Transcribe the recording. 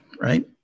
right